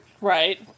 Right